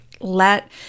let